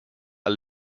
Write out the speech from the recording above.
are